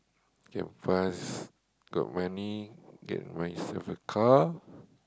can pass got money get myself a car